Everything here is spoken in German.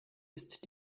ist